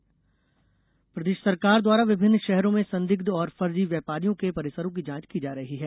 व्यवसायी परिसर जांच प्रदेश सरकार द्वारा विभिन्न शहरों में संदिग्ध और फर्जी व्यापारियों के परिसरों की जांच की जा रही है